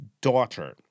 daughter